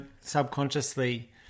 subconsciously